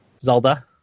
Zelda